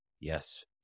Yes